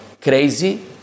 crazy